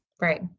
right